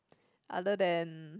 other than